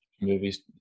movies